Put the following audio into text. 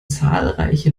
zahlreiche